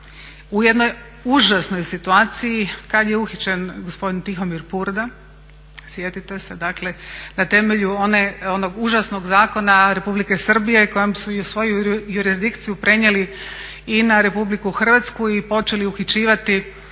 u jednoj užasnoj situaciji kad je uhićen gospodin Tihomir Purda, sjetite se, dakle na temelju onog užasnog zakona Republike Srbije kojim su svoju jurisdikciju prenijeli i na RH i počeli uhićivati,